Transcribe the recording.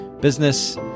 business